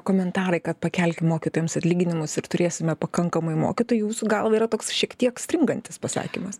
komentarai kad pakelti mokytojams atlyginimus ir turėsime pakankamai mokytojų jūsų galva yra toks šiek tiek stringantis pasakymas